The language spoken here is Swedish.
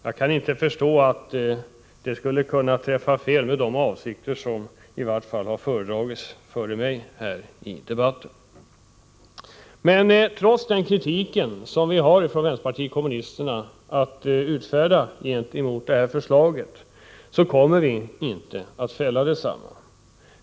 Jag kan dock inte förstå hur den skulle ha kunnat träffa fel, i varje fall med tanke på de avsikter som man har redovisat före mig här i debatten. Trots den kritik som vi från vänsterpartiet kommunisterna riktar mot det framlagda förslaget kommer vi emellertid inte att fälla detsamma.